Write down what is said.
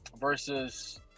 Versus